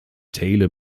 taylor